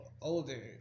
older